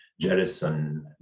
jettison